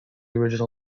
original